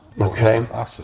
Okay